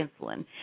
insulin